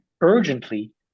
urgently